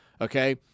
Okay